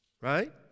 right